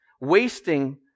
wasting